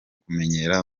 kumenyera